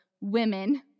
women